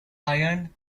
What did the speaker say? iron